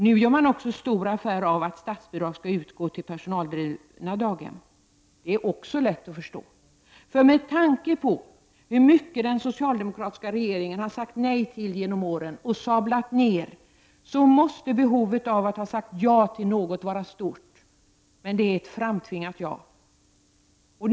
Nu gör den också stor affär av att statsbidrag skall utgå till personaldrivna daghem. Det är också lätt att förstå. Med tanke på hur mycket den socialdemokratiska regeringen genom åren sagt nej till och sablat ned måste behovet att säga ja till något vara stort. Men det är ett framtvingat ja.